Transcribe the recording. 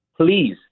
Please